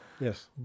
Yes